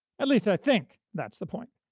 at least i think that's the point.